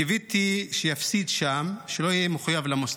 קיוויתי שיפסיד שם, שלא יהיה מחויב למוסלמים.